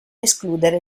escludere